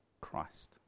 Christ